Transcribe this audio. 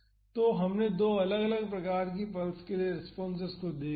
तो हमने दो अलग अलग प्रकार की पल्स के लिए रेस्पॉन्सेस को देखा है